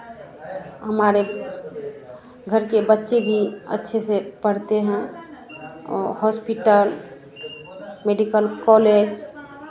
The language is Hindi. हमारे घर के बच्चे भी अच्छे से पढ़ते हैं हॉस्पिटल मेडिकल कॉलेज